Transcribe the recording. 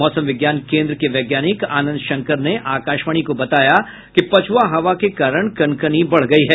मौसम विज्ञान केन्द्र के वैज्ञानिक आनंद शंकर ने आकाशवाणी को बताया कि पछुआ हवा के कारण कनकनी बढ़ गयी है